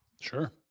Sure